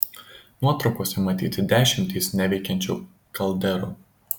nuotraukose matyti dešimtys neveikiančių kalderų